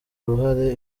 ruhare